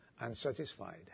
unsatisfied